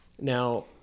Now